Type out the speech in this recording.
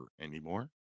anymore